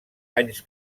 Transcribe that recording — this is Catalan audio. anys